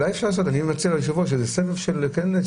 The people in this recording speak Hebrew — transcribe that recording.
אני מציע ליושב-ראש שנעשה איזשהו סבב של התייחסות.